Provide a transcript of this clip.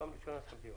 פעם ראשונה ששמתי לב.